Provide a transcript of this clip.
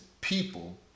people